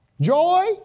Joy